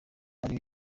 bari